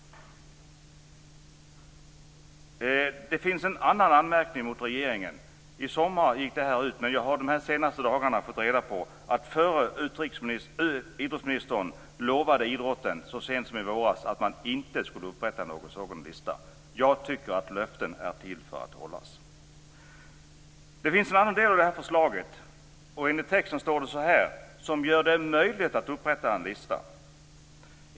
Det finns en annan anmärkning mot regeringen. Jag har de senaste dagarna fått reda på att förre idrottsministern så sent som i våras lovade idrottsrörelsen att man inte skulle upprätta någon sådan lista. Jag tycker att löften är till för att hållas. Det finns en annan del av det här förslaget. I texten står det: "- som gör det möjligt att upprätta en lista".